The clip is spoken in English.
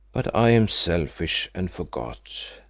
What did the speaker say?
but i am selfish, and forgot.